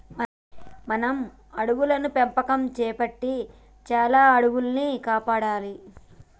మనం అడవుల పెంపకం సేపట్టి చాలా అడవుల్ని కాపాడాలి